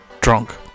drunk